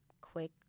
quick